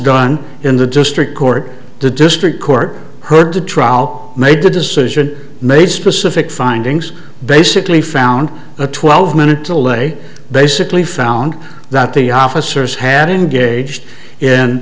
done in the district court the district court heard the trial made a decision made specific findings basically found a twelve minute delay basically found that the officers had engaged in